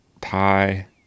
tie